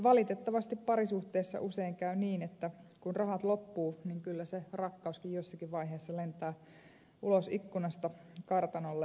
valitettavasti parisuhteessa usein käy niin että kun rahat loppuvat kyllä se rakkauskin jossakin vaiheessa lentää ulos ikkunasta kartanolle